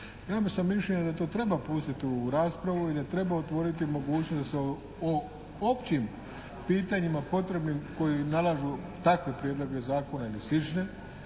Ja sam mišljenja da to treba pustiti u raspravu i da treba otvoriti mogućnost da se o općim pitanjima potrebnim koji nalažu takve prijedloge zakona ili